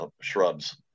shrubs